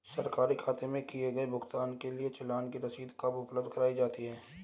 सरकारी खाते में किए गए भुगतान के लिए चालान की रसीद कब उपलब्ध कराईं जाती हैं?